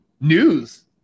news